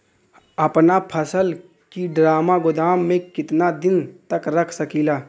अपना फसल की ड्रामा गोदाम में कितना दिन तक रख सकीला?